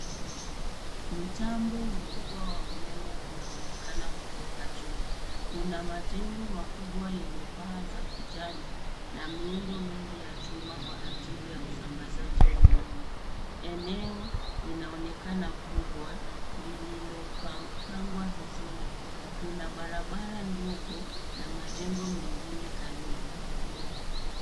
Mtambo mkubwa wa umeme unaonekana kutoka juu. Kuna majengo makubwa yenye paa za kijani na miundo mingi ya chuma kwa ajili ya usambazaji wa umeme. Eneo linaonekana kubwa lililopangwa vizuri. Kuna barabara ndogo na majengo mengine karibu.